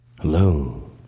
Hello